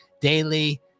daily